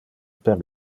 per